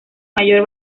mayor